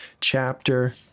chapter